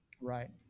Right